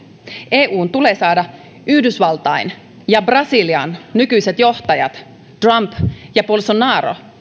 eun tulee saada yhdysvaltain ja brasilian nykyiset johtajat trump ja bolsonaro